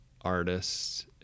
artists